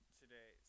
today